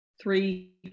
three